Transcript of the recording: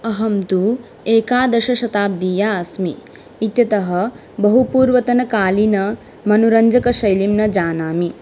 अहं तु एकादशशताब्दीया अस्मि इत्यतः बहुपूर्वतनकालीनमनोरञ्चकशैलीं न जानामि